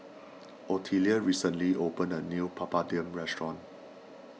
Ottilia recently opened a new Papadum restaurant